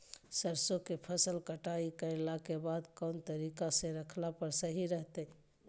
सरसों के फसल कटाई करला के बाद कौन तरीका से रखला पर सही रहतय?